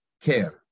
care